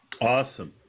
Awesome